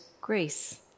grace